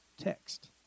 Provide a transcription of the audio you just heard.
text